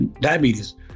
diabetes